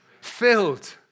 Filled